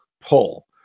pull